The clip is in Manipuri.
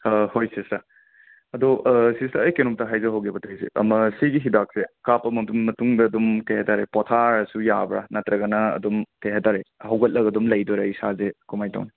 ꯍꯣꯏ ꯁꯤꯁꯇꯔ ꯑꯗꯣ ꯁꯤꯁꯇꯔ ꯑꯩ ꯀꯩꯅꯣꯝꯇ ꯍꯥꯏꯖꯍꯧꯒꯦ ꯇꯧꯔꯤꯁꯦ ꯑꯃ ꯑꯁꯤꯒꯤ ꯍꯤꯗꯥꯛꯁꯦ ꯀꯥꯞꯄ ꯃꯇꯨꯡ ꯃꯇꯨꯡꯗ ꯑꯗꯨꯝ ꯀꯩ ꯍꯥꯏ ꯇꯥꯔꯦ ꯄꯣꯠꯊꯥꯔꯁꯨ ꯌꯥꯕ꯭ꯔꯥ ꯅꯠꯇ꯭ꯔꯒ ꯑꯗꯨꯝ ꯀꯩ ꯍꯥꯏ ꯇꯥꯔꯦ ꯍꯧꯒꯠꯂꯒ ꯑꯗꯨꯝ ꯂꯩꯗꯣꯏꯔꯥ ꯏꯁꯥꯖꯦ ꯀꯃꯥꯏ ꯇꯧꯅꯤ